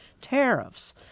tariffs